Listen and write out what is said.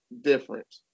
different